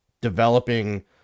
developing